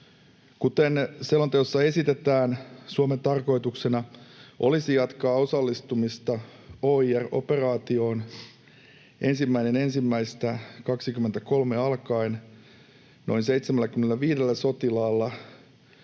Kuten selonteossa esitetään, Suomen tarkoituksena olisi jatkaa osallistumista OIR-operaatioon 1.1.23 alkaen noin 75 sotilaalla